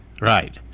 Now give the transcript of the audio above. right